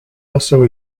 also